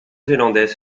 zélandais